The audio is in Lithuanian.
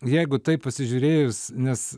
jeigu taip pasižiūrėjus nes